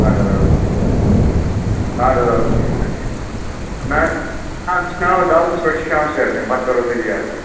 اَدٕ حظ اَدٕ حظ بِہیٖو اَدٕ حظ اَدٕ حظ ٹھیٖک حظ چھِ نہٕ حظ شامَس دعوتَس پٮ۪ٹھ چھِ شامسٕے حظ یُن پَتہٕ کَرو تٔتی حظ یہِ